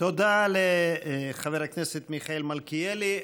תודה לחבר הכנסת מיכאל מלכיאלי.